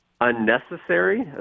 unnecessary